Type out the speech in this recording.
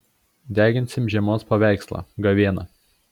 deginsim žiemos paveikslą gavėną